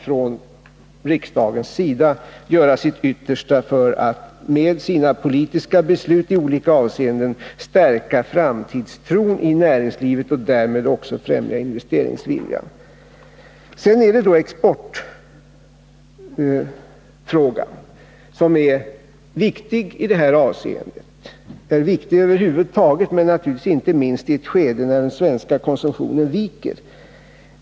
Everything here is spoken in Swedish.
Här måste riksdagen göra sitt yttersta för att med sina politiska beslut i olika avseenden stärka framtidstron i näringslivet och därmed också främja investeringsviljan. Exportfrågan är viktig över huvud taget och naturligtvis inte minst i ett skede då den svenska konsumtionen viker.